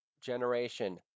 generation